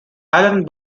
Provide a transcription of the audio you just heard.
alan